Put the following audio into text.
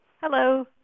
Hello